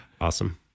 Awesome